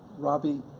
robbie,